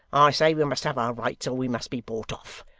i say we must have our rights, or we must be bought off.